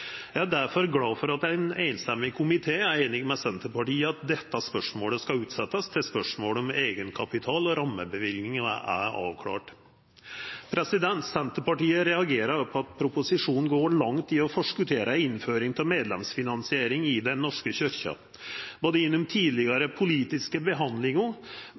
Eg er difor glad for at ein samrøystes komité er einig med Senterpartiet i at dette spørsmålet skal utsetjast til spørsmålet om eigenkapital og rammeløyvingar er avklart. Senterpartiet reagerer på at proposisjonen går langt i å forskottera ei innføring av medlemsfinansiering i Den norske kyrkja. Gjennom både tidlegare politiske behandlingar